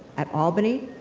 at albany,